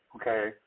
okay